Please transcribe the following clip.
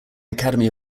academy